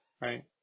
Right